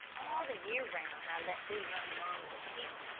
all the year round, i let them run among the sheep,